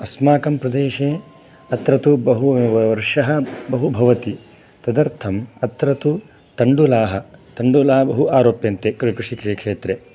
अस्माकं प्रदेशे अत्र तु बहुवर्षा बहु भवति तदर्थम् अत्र तु तण्डुलाः तण्डुलाः बहु आरोप्यन्ते कृषिक्षेत्रे